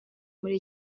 muri